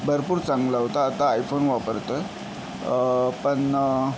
भरपूर चांगला होता आता आयफोन वापरतोय पण